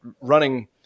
running